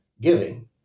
giving